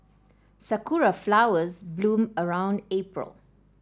sakura flowers bloom around April